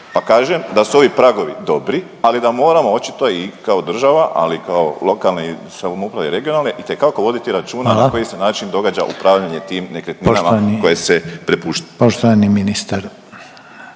Pa kažem da su ovi pragovi dobri ali da moramo očito i kao država ali i kao lokalne samouprave i regionalne itekako voditi računa …/Upadica Reiner: Hvala./… na koji se način događa upravljanje tim nekretninama koje se prepuštaju. **Reiner,